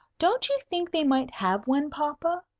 don't you think they might have one, papa?